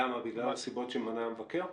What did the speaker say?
למה, בגלל הסיבות שמנה המבקר?